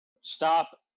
Stop